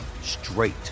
straight